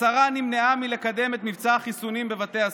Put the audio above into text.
"השרה נמנעה מלקדם את מבצע החיסונים בבתי הספר",